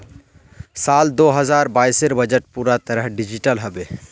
साल दो हजार बाइसेर बजट पूरा तरह डिजिटल हबे